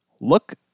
Look